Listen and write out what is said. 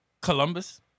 Columbus